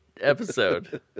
episode